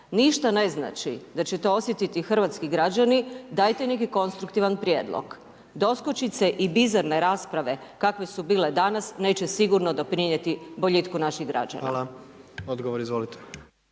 ništa ne znači, da će to osjetiti hrvatski građani dajte neki konstruktivan prijedlog. Doskočice i bizarne rasprave kakve su bile danas neće sigurno doprinijeti boljitku naših građana. **Jandroković,